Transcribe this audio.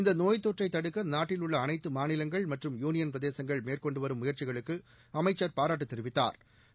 இந்த நோய்த்தொற்றை தடுக்க நாட்டில் உள்ள அனைத்து மாநிலங்கள் மற்றும் யூனியன்பிரதேசங்கள் மேற்கொண்டுவரும் முயற்சிகளுக்கு அமைச்சா் பாராட்டு தெரிவித்தாா்